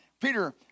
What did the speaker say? Peter